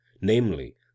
namely